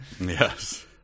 Yes